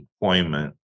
employment